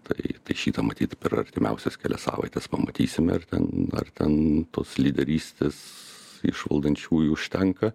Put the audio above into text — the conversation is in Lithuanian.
tai tai šitą matyt per artimiausias kelias savaites pamatysime ar ten ar ten tos lyderystės iš valdančiųjų užtenka